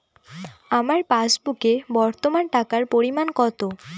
আমার পাসবুকে বর্তমান টাকার পরিমাণ কত?